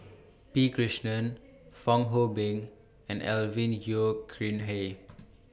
P Krishnan Fong Hoe Beng and Alvin Yeo Khirn Hai